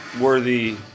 worthy